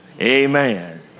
Amen